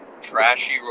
Trashy